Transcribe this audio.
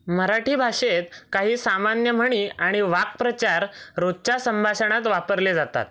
मराठी भाषेत काही सामान्य म्हणी आणि वाक्प्रचार रोजच्या संभाषणात वापरले जातात